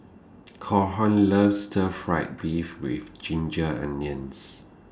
Calhoun loves Stir Fried Beef with Ginger Onions